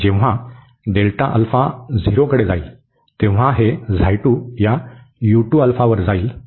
तर जेव्हा होईल तेव्हा हे या वर जाईल